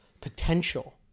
potential